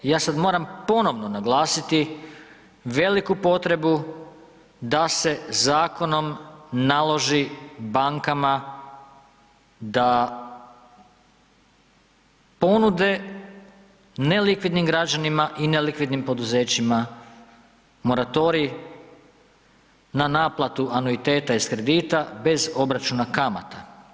Ja sada moram ponovno naglasiti veliku potrebu da se zakonom naloži bankama da ponude nelikvidnim građanima i nelikvidnim poduzećima moratorij na naplatu anuiteta iz kredita bez obračuna kamata.